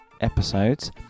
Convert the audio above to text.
episodes